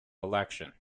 election